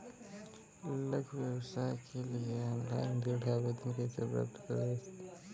लघु व्यवसाय के लिए ऑनलाइन ऋण आवेदन कैसे करें?